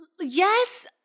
Yes